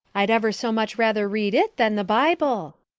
i'd ever so much rather read it than the bible.